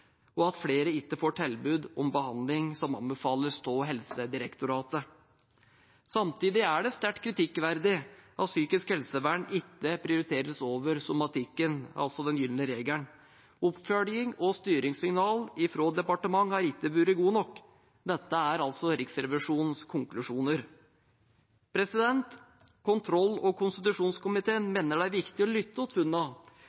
og at flere ikke får tilbud om behandling som anbefales av Helsedirektoratet. Samtidig er det sterkt kritikkverdig at psykisk helsevern ikke prioriteres over somatikken, altså den gylne regel. Oppfølging og styringssignal fra departementet har ikke vært god nok. Dette er Riksrevisjonens konklusjoner. Kontroll- og konstitusjonskomiteen